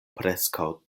preskaŭ